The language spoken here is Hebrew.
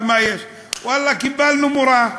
ואללה, קיבלנו מורה.